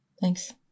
Thanks